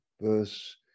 verse